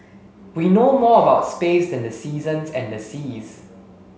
we know more about space than the seasons and the seas